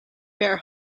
better